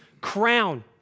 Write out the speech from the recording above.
crown